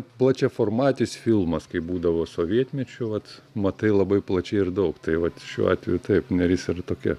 plačiaformatis filmas kaip būdavo sovietmečiu vat matai labai plačiai ir daug tai vat šiuo atveju taip neris ir tokia